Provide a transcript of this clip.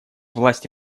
власти